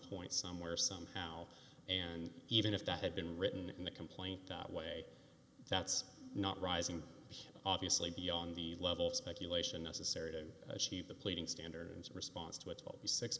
point somewhere somehow and even if that had been written in the complaint that way that's not rising obviously beyond the level of speculation necessary to achieve the pleading standards in response to a twe